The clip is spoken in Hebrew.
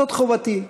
זאת חובתי,